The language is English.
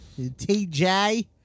TJ